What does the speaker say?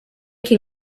can